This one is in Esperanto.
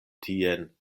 tien